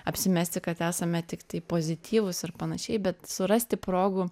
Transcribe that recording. apsimesti kad esame tiktai pozityvūs ir panašiai bet surasti progų